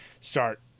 start